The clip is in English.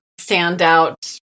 standout